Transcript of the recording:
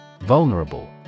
Vulnerable